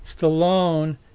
Stallone